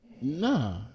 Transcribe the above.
nah